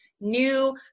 new